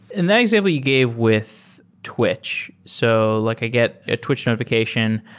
in that example you gave with twitch. so like i get a twitch stratifi cation,